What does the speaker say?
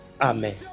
amen